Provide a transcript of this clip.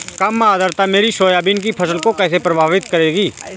कम आर्द्रता मेरी सोयाबीन की फसल को कैसे प्रभावित करेगी?